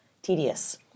Tedious